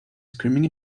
screaming